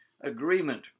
agreement